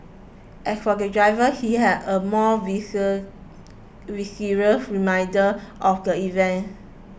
as for the driver he had a more visceral reminder of the event